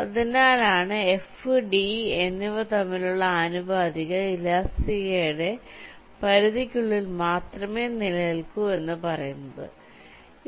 അതിനാലാണ് F d എന്നിവ തമ്മിലുള്ള അനുപാതികത ഇലാസ്തികതയുടെ പരിധിക്കുള്ളിൽ മാത്രമേ നിലനിൽക്കൂ എന്ന് പറയുന്നത്